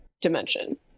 dimension